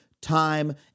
time